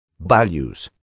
values